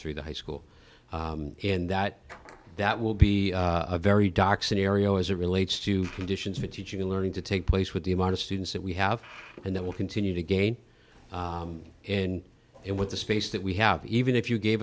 through the high school and that that will be a very dark scenario as a relates to conditions for teaching and learning to take place with the amount of students that we have and that will continue to gain in it with the space that we have even if you gave